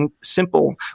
simple